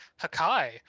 Hakai